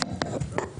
(3)